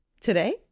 Today